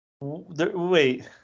Wait